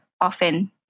often